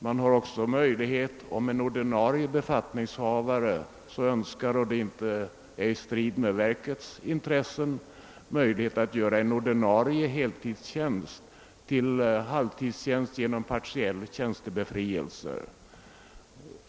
Det finns också möjlighet att, om en ordinarie befattningshavare så önskar och det inte är i strid med verkets intressen, göra en ordinarie heltidstjänst till halvtidstjänst genom partiell tjänstebefrielse.